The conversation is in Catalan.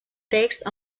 text